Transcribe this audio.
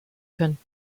können